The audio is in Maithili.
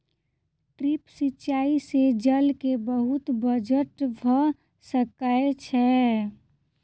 ड्रिप सिचाई से जल के बहुत बचत भ सकै छै